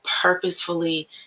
purposefully